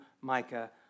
Micah